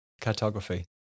cartography